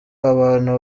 abantu